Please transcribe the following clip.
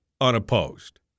unopposed